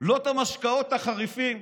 לא את המשקאות החריפים,